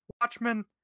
Watchmen